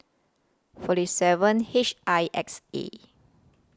forty seven H I X A